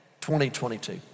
2022